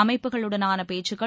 அமைப்புகளுடனான பேச்சுக்கள்